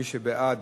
מי שבעד